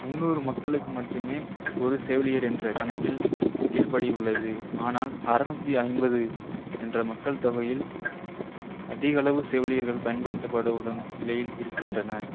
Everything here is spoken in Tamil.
முன்னூறு மக்களுக்கு மட்டுமே ஒரு செவிலியர் என்ற கணக்கில் கீழ்படி உள்ளது ஆனால் அறுநூத்தி ஐம்பது என்ற மக்கள் தொகையில் அதிகளவு செவிலியர்கள் பயன்படுத்தப்பட உள்ள நிலையில் இருக்கின்றன